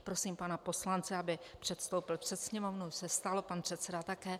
Prosím pana poslance, aby předstoupil před Sněmovnu, už se stalo, pan předseda také.